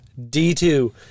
D2